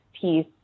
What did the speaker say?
piece